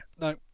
no